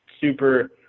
super